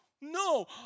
No